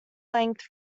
length